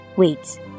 Wait